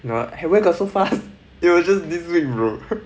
no lah where got so fast they were just this week bro